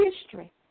history